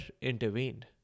intervened